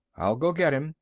i'll go get him,